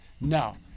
No